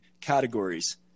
categories